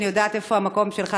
אני יודעת איפה המקום שלך.